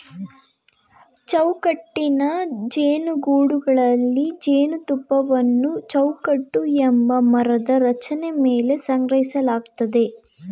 ಚೌಕಟ್ಟಿನ ಜೇನುಗೂಡುಗಳಲ್ಲಿ ಜೇನುತುಪ್ಪವನ್ನು ಚೌಕಟ್ಟು ಎಂಬ ಮರದ ರಚನೆ ಮೇಲೆ ಸಂಗ್ರಹಿಸಲಾಗ್ತದೆ